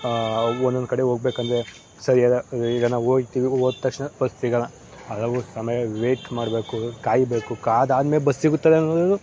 ಒಂದೊಂದು ಕಡೆ ಹೋಗ್ಬೇಕೆಂದ್ರೆ ಸರಿಯಾದ ಈಗ ನಾವು ಹೋಗ್ತೀವಿ ಹೋದ ತಕ್ಷಣ ಬಸ್ ಸಿಗೋಲ್ಲ ಹಲವು ಸಮಯ ವೇಯ್ಟ್ ಮಾಡಬೇಕು ಕಾಯಬೇಕು ಕಾದಾದ್ಮೇಲೆ ಬಸ್ ಸಿಗುತ್ತದೆ ಅನ್ನೋದರಲ್ಲೂ